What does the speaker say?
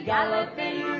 Galloping